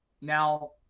now